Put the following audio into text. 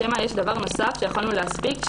שמא יש דבר נוסף שיכולנו להספיק,